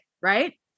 right